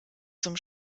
zum